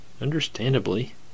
understandably